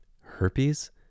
Herpes